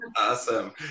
awesome